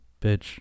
Bitch